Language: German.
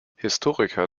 historiker